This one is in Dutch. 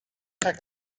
gek